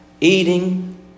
eating